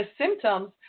symptoms